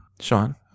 Sean